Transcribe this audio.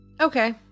Okay